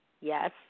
Yes